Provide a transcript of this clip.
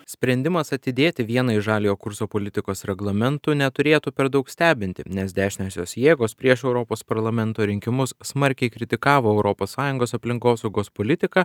sprendimas atidėti vieną iš žaliojo kurso politikos reglamentų neturėtų per daug stebinti nes dešiniosios jėgos prieš europos parlamento rinkimus smarkiai kritikavo europos sąjungos aplinkosaugos politiką